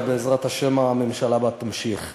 ובעזרת השם הממשלה הבאה תמשיך כך.